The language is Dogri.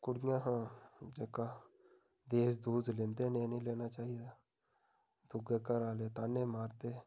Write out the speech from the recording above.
कुड़ियां हा जेह्का दहेज दहुज लैंदे न एह् नी लैना चाहिदा दुए घरै आह्ले ताने मारदे